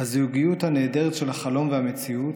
"הזוגיות הנהדרת של החלום והמציאות.